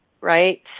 right